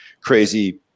crazy